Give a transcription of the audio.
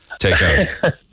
takeout